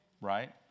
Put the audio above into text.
right